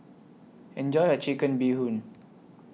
Enjoy your Chicken Bee Hoon